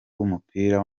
w’umupira